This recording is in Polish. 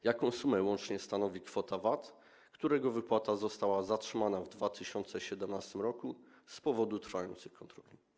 Jaką łączną sumę stanowi kwota VAT, którego wypłata została zatrzymana w 2017 r. z powodu trwających kontroli?